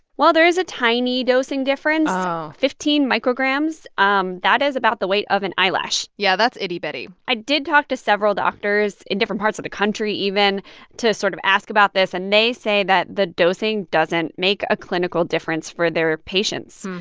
well, there is a tiny dosing difference oh fifteen micrograms um that is about the weight of an eyelash yeah, that's itty-bitty i did talk to several doctors in different parts of the country, even to sort of ask about this. and they say that the dosing doesn't make a clinical difference for their patients.